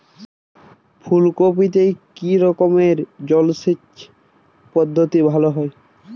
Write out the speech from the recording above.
ফুলকপিতে কি রকমের জলসেচ পদ্ধতি ভালো হয়?